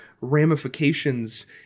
ramifications